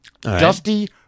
Dusty